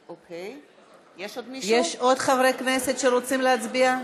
יש עוד חברי כנסת שרוצים להצביע?